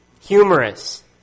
humorous